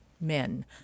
men